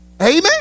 Amen